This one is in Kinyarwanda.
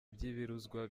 by’ibiruzwa